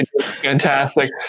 fantastic